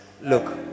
look